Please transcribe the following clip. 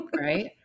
Right